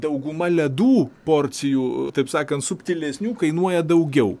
dauguma ledų porcijų taip sakant subtilesnių kainuoja daugiau